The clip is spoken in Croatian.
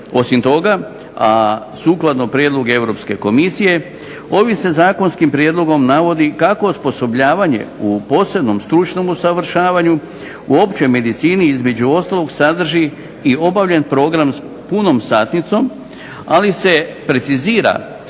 podnositelj. Sukladno prijedlogu Europske komisije ovim se zakonskim prijedlogom navodi kako osposobljavanje u posebnom stručnom usavršavanju u općoj medicini između ostalo sadrži i obavljen program s punom satnicom. Ali se precizira